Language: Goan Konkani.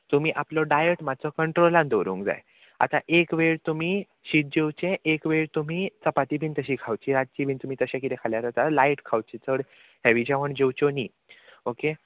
तुमी आपलो डायट मातसो कंट्रोलान दवरूंक जाय आतां एक वेळ तुमी शीत जेवचे एक वेळ तुमी चपाती बीन तशी खावची रातची बीन तुमी तशें किदें खाल्यार जाता लायट खावची चड हेवी जेवण जेवच्यो न्ही ओके